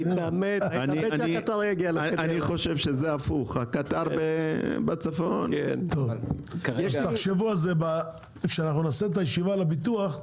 אני חושב שזה הפוך הקטר בצפון --- כשנעשה את הישיבה על הביטוח,